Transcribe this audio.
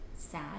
sad